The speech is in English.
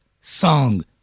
Song